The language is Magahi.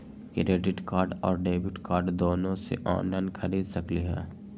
क्रेडिट कार्ड और डेबिट कार्ड दोनों से ऑनलाइन खरीद सकली ह?